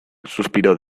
suspiró